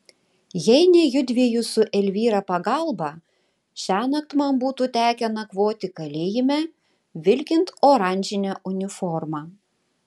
jei ne judviejų su elvyra pagalba šiąnakt man būtų tekę nakvoti kalėjime vilkint oranžinę uniformą